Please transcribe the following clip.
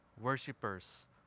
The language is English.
worshippers